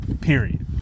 period